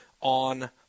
on